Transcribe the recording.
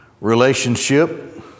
relationship